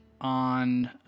on